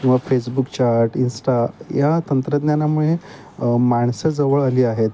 किंवा Facebook chat Insta या तंत्रज्ञानामुळे माणसं जवळ आली आहेत